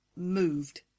Moved